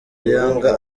yanga